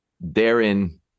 Therein